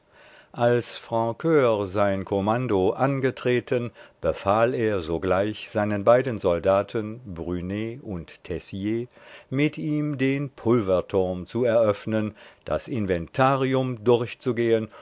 als francur sein kommando angetreten befahl er sogleich seinen beiden soldaten brunet und tessier mit ihm den pulverturm zu eröffnen das inventarium durchzugehen